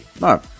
No